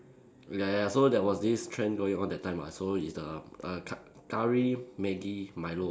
ya ya so there was this trend going on that time ah so it's the err cu~ curry Maggi Milo ah